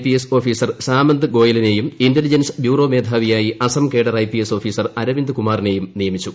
P S officer Samant ഗോയലിനെയും intelligence bureau മേധാവിയായി Assam cadre I P S officer Arvind കുമാറിനെയും നിയമിച്ചു